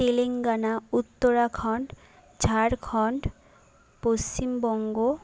Telangana Uttarakhand Jharkhand Paschimbanga